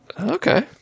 Okay